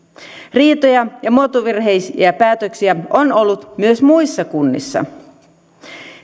riitoja ja muotovirheisiä päätöksiä on ollut myös muissa kunnissa